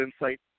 insight